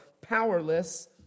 powerless